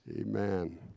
Amen